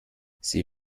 sie